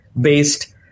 based